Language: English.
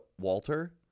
Walter